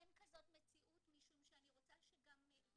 אין כזאת מציאות משום שאני רוצה שגם,